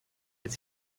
its